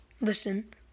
listen